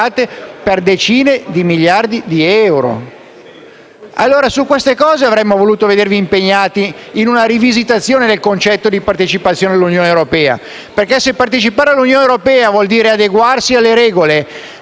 per decine di miliardi di euro.